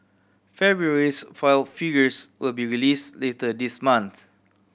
February's foil figures will be release later this month